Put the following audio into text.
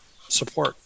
support